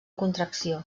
contracció